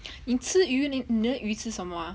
你吃鱼那鱼吃什么 ah